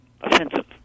offensive